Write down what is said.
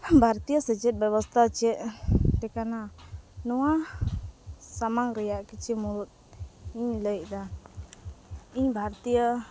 ᱵᱷᱟᱨᱚᱛᱤᱭᱚ ᱥᱮᱪᱮᱫ ᱵᱮᱵᱚᱥᱛᱟ ᱪᱮᱫ ᱞᱮᱠᱟᱱᱟ ᱱᱚᱣᱟ ᱥᱟᱢᱟᱝ ᱨᱮᱭᱟᱜ ᱠᱤᱪᱷᱩ ᱢᱩᱲᱩᱫ ᱤᱧ ᱞᱮᱭᱮᱫᱟ ᱤᱧ ᱵᱷᱟᱨᱚᱛᱤᱭᱚ